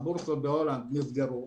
הבורסות בהולנד נסגרו,